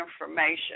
Information